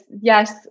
yes